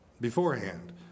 beforehand